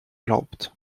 glaubt